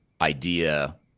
idea